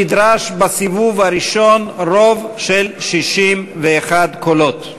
נדרש בסיבוב הראשון רוב של 61 קולות.